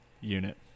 unit